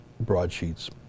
Broadsheets